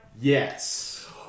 Yes